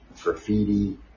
graffiti